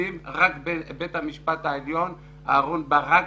שיפוצים רק בבית המשפט העליון אהרן ברק